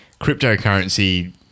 cryptocurrency